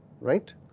right